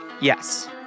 Yes